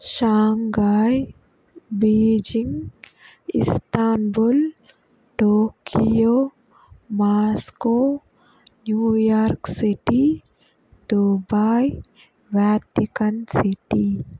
Shanghai Beijing Istanbul Tokyo Moscow New York city Dubai Vatican city